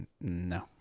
no